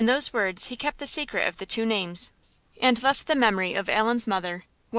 in those words he kept the secret of the two names and left the memory of allan's mother,